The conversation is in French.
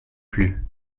plus